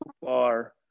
far